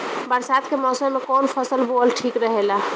बरसात के मौसम में कउन फसल बोअल ठिक रहेला?